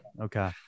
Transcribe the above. Okay